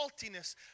saltiness